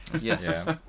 yes